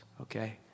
okay